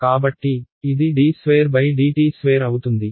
కాబట్టి ఇది d2dt2 అవుతుంది